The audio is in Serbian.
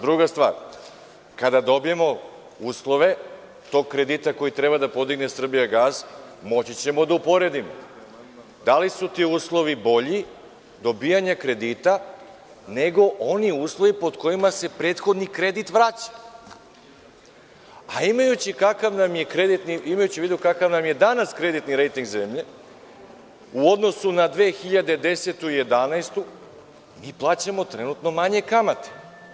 Druga stvar, kada dobijemo uslove tog kredita koji treba da podigne „Srbijagas“ moći ćemo da uporedimo da li su ti uslovi bolji, dobijanje kredita, nego oni uslovi pod kojima se prethodni kredit vraća, a imajući u vidu kakav nam je danas kreditni rejting zemlje u odnosu na 2010. i 2011. godinu, mi plaćamo trenutno manje kamate.